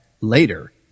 later